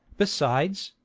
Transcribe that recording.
besides,